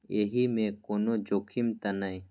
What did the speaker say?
एहि मे कोनो जोखिम त नय?